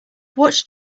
watched